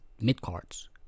mid-cards